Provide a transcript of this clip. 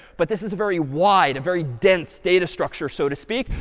but this is a very wide, very dense data structure, so to speak,